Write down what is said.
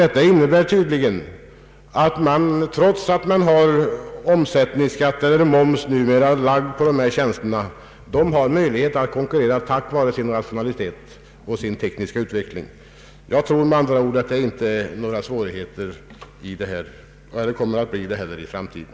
Detta innebär tydligen att trots att tjänsterna numera är belagda med moms så kan ändå de privata laboratorierna konkurrera tack vare rationell drift och hög teknisk utveckling. Jag tror med andra ord att det för närvarande inte är och inte heller kommer att bli några svårigheter i framtiden.